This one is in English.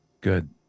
good